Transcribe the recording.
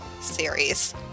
series